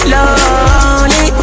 Lonely